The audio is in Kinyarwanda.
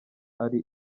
ari